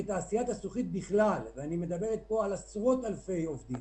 כתעשיית הזכוכית בכלל ואני מדבר פה על עשרות-אלפי עובדים,